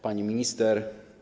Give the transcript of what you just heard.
Pani Minister!